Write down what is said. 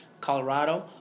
Colorado